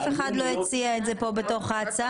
אף אחד לא הציע את זה פה בתוך ההצעה,